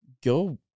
go